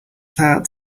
that